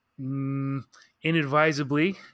Inadvisably